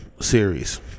series